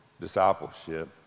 discipleship